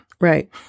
Right